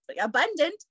abundant